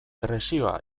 presioa